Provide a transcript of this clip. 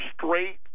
straight